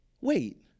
wait